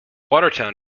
watertown